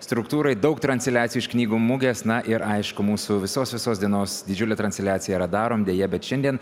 struktūrai daug transliacijų iš knygų mugės na ir aišku mūsų visos visos dienos didžiulė transliacija yra darom deja bet šiandien